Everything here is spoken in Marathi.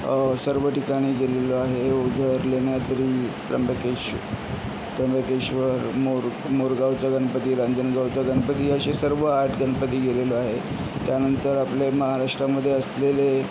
सर्व ठिकाणी गेलेलो आहे ओझर लेण्याद्री त्रंबकेश त्र्यंबकेश्वर मोर मोरगांवचा गणपती रांजणगावचा गणपती असे सर्व आठ गणपती गेलेलो आहे त्यानंतर आपले महाराष्ट्रामध्ये असलेले